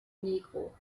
negro